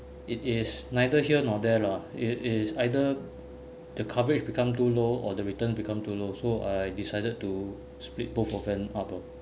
it is neither here nor there lah it is either the coverage become too low or the return become too low so I decided to split both of them up lah